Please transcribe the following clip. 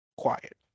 Quiet